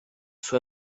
sont